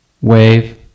wave